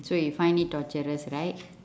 so you find it torturous right